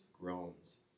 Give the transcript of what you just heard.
groans